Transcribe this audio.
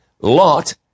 Lot